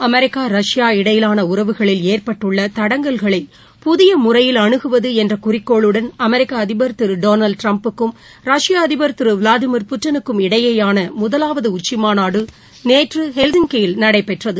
America ரஷ்பா இடையிலான உறவுகளில் ஏற்பட்டுள்ளதடங்கல்களை புதியமுறையில் அனுகுவதுஎன்றகுறிக்கோளுடன் அமெரிக்கஅதிபர் திருடொனாவ்டுடிரம்புக்கும் ரஷ்ய அதிபர் திருவிளாடிமீர் புட்டினுக்கும் இடையேயானமுதலாவதுஉச்சிமாநாடுநேற்றுஹெல்சிங்கியில் நடைபெற்றது